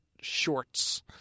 shorts